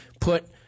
put –